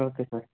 okay sir